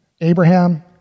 Abraham